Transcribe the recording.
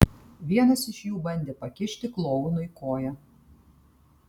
vienas iš jų bandė pakišti klounui koją